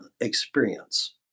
experience